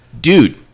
dude